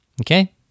Okay